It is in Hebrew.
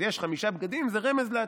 אז יש חמישה בגדים, זה רמז לעתיד.